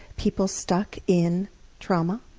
people stuck in trauma